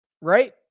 right